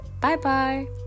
Bye-bye